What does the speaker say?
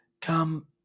come